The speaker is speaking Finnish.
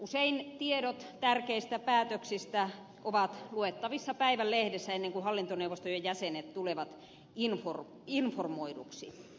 usein tiedot tärkeistä päätöksistä ovat luettavissa päivän lehdestä ennen kuin hallintoneuvoston jäsenet tulevat informoiduksi